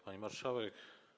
Pani Marszałek!